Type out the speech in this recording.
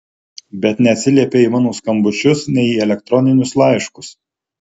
bet neatsiliepei į mano skambučius nei į elektroninius laiškus